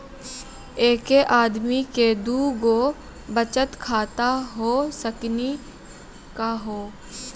एके आदमी के दू गो बचत खाता हो सकनी का हो?